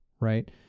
right